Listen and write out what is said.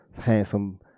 handsome